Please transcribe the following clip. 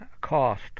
cost